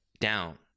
down